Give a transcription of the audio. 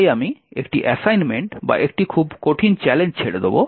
তাই আমি একটি অ্যাসাইনমেন্ট বা একটি খুব কঠিন চ্যালেঞ্জ ছেড়ে দেব